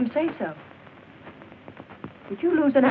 them say so if you lose an